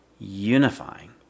unifying